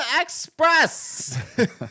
Express